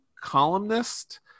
columnist